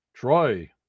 Troy